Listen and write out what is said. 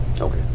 Okay